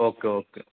okay okay